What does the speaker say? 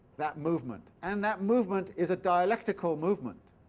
that movement and that movement is a dialectical movement.